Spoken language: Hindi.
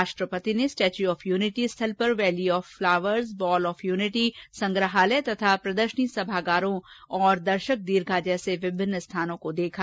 राष्ट्रपति ने स्टेच्यू ऑफ यूनिटी स्थल पर valley of flowers wall of unity संग्रहालय तथा प्रदर्शनी सभागारों और दर्शकदीर्घा जैसे विभिन्न स्थानों को देखा